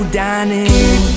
dining